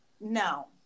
No